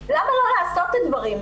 שינוי, למה לא לעשות את הדברים?